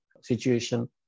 situation